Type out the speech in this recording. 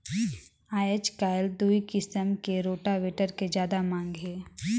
आयज कायल दूई किसम के रोटावेटर के जादा मांग हे